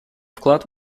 вклад